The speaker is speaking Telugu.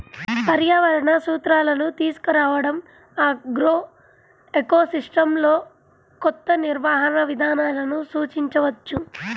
పర్యావరణ సూత్రాలను తీసుకురావడంఆగ్రోఎకోసిస్టమ్లోకొత్త నిర్వహణ విధానాలను సూచించవచ్చు